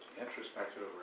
introspective